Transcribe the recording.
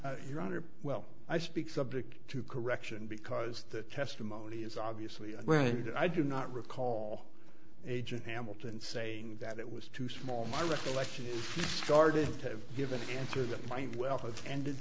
rather well i speak subject to correction because the testimony is obviously well i do not recall agent hamilton saying that it was too small a recollection started to give an answer that might well have ended